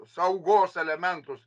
saugos elementus